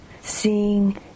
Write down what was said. Seeing